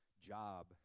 job